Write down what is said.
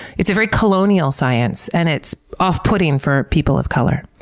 it's a very colonial science and it's off putting for people of color.